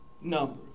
number